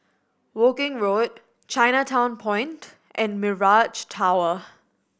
Woking Road Chinatown Point and Mirage Tower